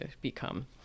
become